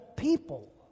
people